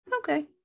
okay